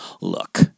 look